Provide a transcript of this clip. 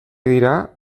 dira